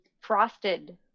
frosted